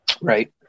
Right